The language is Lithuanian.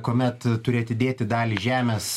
kuomet turi atidėti dalį žemės